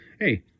Hey